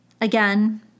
Again